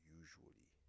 usually